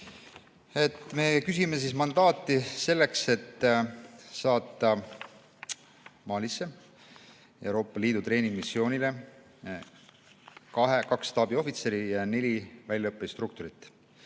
Me küsime mandaati selleks, et saata Malisse Euroopa Liidu treeningmissioonile kaks staabiohvitseri ja neli väljaõppeinstruktorit,